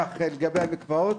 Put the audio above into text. כך גם לגבי המקוואות.